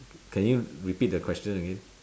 can you repeat the question again